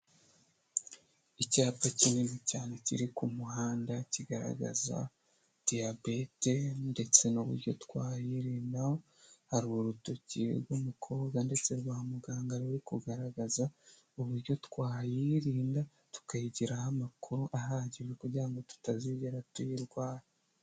Icyapa kinini cyane kiri ku muhanda kigaragaza diyabete ndetse n'uburyo twayirinda, hari urutoki rw'umukobwa ndetse rwa muganga ruri kugaragaza uburyo twayirinda tukayigiraho amakuru ahagije, kugira tutazigera tuyirwara.